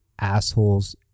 assholes